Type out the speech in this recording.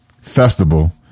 festival